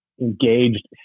engaged